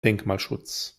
denkmalschutz